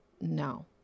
no